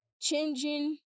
Changing